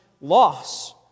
loss